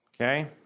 Okay